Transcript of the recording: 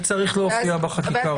זה צריך להופיע בחקיקה הראשית.